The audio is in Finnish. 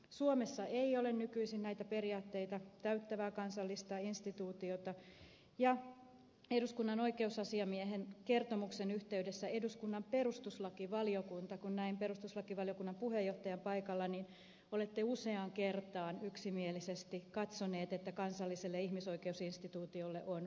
suomessa ei ole nykyisin näitä periaatteita täyttävää kansallista instituutiota ja eduskunnan oikeusasiamiehen kertomuksen yhteydessä eduskunnan perustuslakivaliokunnassa kun näin perustuslakivaliokunnan puheenjohtajan paikalla olette useaan kertaan yksimielisesti katsoneet että kansalliselle ihmisoikeusinstituutiolle on perusteita